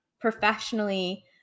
professionally